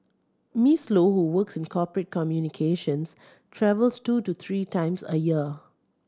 Miss Low who works in corporate communications travels two to three times a year